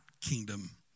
kingdom